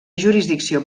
jurisdicció